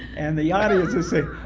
and the audience is